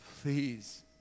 Please